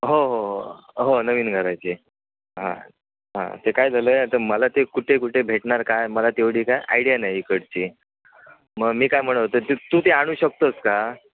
हो हो हो नवीन घराचे हां हां ते काय झालं आहे आता मला ते कुठे कुठे भेटणार काय मला तेवढी काय आयडिया नाही इकडची मग मी काय म्हणत होतो की तू ते आणू शकतोस का